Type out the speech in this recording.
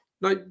now